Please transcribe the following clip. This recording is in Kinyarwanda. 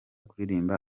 kuririmba